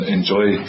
enjoy